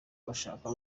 bashaka